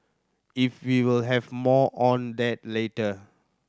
if we will have more on that later